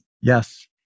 Yes